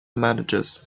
managers